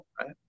right